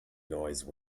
noise